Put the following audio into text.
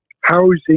housing